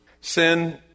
Sin